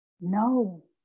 no